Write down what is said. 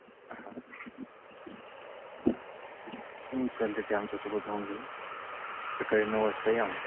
हां हां हो चालतं आहे ते आमच्यासोबत होऊन जाईल सकाळी नऊ वाजता या मग